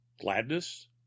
Gladness